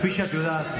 כפי שאת יודעת,